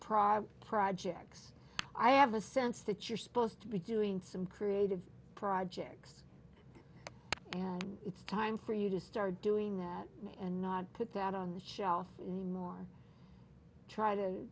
process projects i have a sense that you're supposed to be doing some creative projects and it's time for you to start doing that and not put that on the shelf any more try to